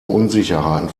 unsicherheiten